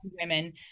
women